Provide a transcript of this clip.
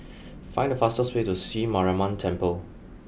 find the fastest way to Sri Mariamman Temple